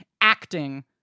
acting